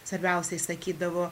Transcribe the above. svarbiausia jis sakydavo